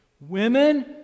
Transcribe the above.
Women